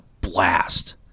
blast